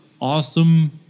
awesome